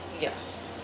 Yes